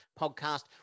podcast